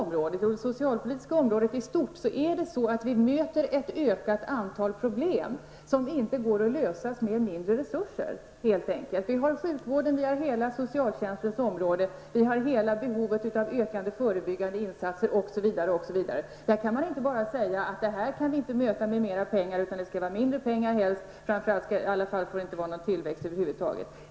Men inom det socialpolitiska området i stort möter vi ett ökat antal problem som inte kan lösas med mindre resurser. Vi har sjukvården, hela socialtjänstområdet, hela det ökande behovet av förebyggande insatser osv. Där kan man inte bara säga att vi inte kan möta problemen med mer pengar, utan att det helst skall vara mindre pengar, i alla fall får det inte förekomma någon tillväxt över huvud taget.